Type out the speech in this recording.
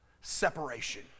separation